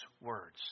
words